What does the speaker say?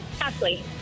Ashley